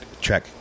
check